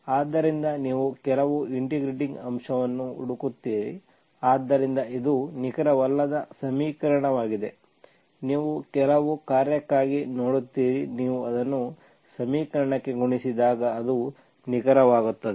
ಆದ್ದರಿಂದ ನೀವು ಕೆಲವು ಇಂಟಿಗ್ರೇಟಿಂಗ್ ಅಂಶವನ್ನು ಹುಡುಕುತ್ತೀರಿ ಆದ್ದರಿಂದ ಇದು ನಿಖರವಲ್ಲದ ಸಮೀಕರಣವಾಗಿದೆ ನೀವು ಕೆಲವು ಕಾರ್ಯಕ್ಕಾಗಿ ನೋಡುತ್ತೀರಿ ನೀವು ಅದನ್ನು ಸಮೀಕರಣಕ್ಕೆ ಗುಣಿಸಿದಾಗ ಅದು ನಿಖರವಾಗುತ್ತದೆ